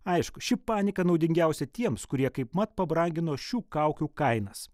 aišku ši panika naudingiausia tiems kurie kaipmat pabrangino šių kaukių kainas